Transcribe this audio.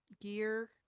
gear